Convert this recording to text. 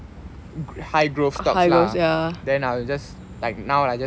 high growth stocks lah then I will just like now like just